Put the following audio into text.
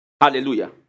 Hallelujah